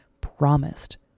promised